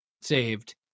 saved